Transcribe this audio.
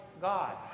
God